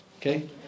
okay